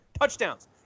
touchdowns